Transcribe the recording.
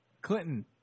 Clinton